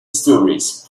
stories